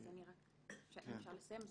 אם אפשר לסיים.